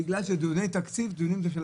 בגלל שדיוני תקציב הם דיונים ---,